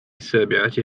السابعة